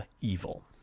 evil